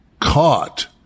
caught